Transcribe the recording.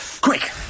Quick